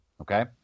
okay